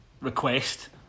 request